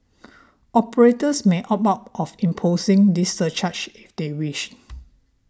operators may opt out of imposing this surcharge if they wish